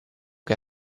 che